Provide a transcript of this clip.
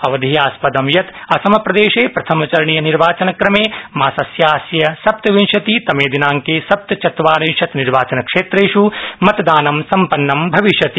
अवधेयास्पदं यत् असमप्रदेशे प्रथमचरणीय निर्वाचनक्रमे मासस्यास्य सप्तविंशति तमे दिनांके सप्तचत्वारिंशत् निर्वाचनक्षेत्रेष् मतदानं सम्पन्नं भविष्यति